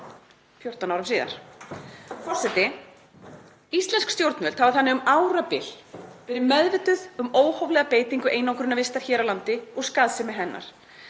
14 árum síðar. Forseti. Íslensk stjórnvöld hafa um árabil verið meðvituð um óhóflega beitingu einangrunarvistar hér á landi og skaðsemi hennar.